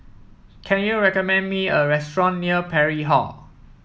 can you recommend me a restaurant near Parry Hall